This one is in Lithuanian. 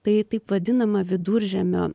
tai taip vadinama viduržemio